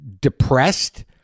depressed